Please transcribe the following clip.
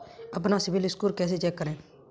अपना सिबिल स्कोर कैसे चेक करें?